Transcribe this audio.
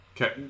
Okay